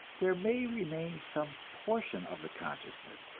there may remain some portion of the consciousness,